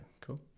cool